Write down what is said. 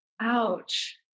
ouch